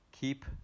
Keep